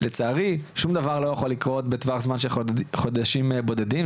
לצערי שום דבר לא יכול לקרות בטווח זמן של חודשים בודדים.